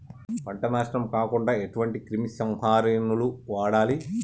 పంట నాశనం కాకుండా ఎటువంటి క్రిమి సంహారిణిలు వాడాలి?